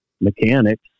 mechanics